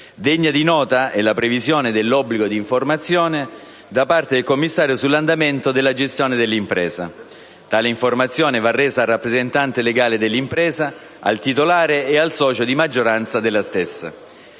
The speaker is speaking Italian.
Degna di nota è la previsione dell'obbligo di informazione, da parte del commissario, sull'andamento della gestione dell'impresa; tale informazione va resa al rappresentante legale dell'impresa, al titolare ed al socio di maggioranza della stessa.